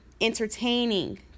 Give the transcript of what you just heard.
entertaining